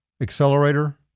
accelerator